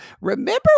Remember